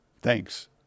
Thanks